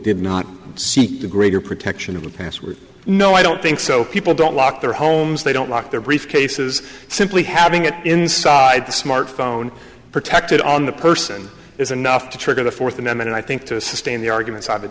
did not seek the greater protection of the password no i don't think so people don't lock their homes they don't lock their briefcases simply having it inside the smartphone protected on the person is enough to trigger the fourth amendment i think to sustain the arguments